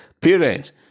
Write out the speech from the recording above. parents